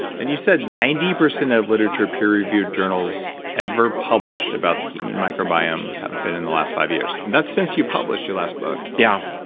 and you said ninety percent of literature peer-reviewed journals ever published about the human microbiome have been in the last five years. years. and that's since you published your last book. yeah.